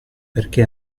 perché